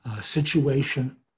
Situation